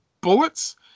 bullets